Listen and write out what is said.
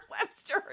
Webster